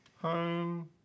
Home